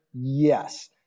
Yes